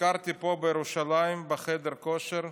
ביקרתי פה, בירושלים, בחדר כושר.